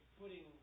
putting